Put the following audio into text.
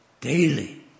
daily